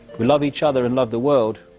we love each other, and love the world,